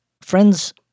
friends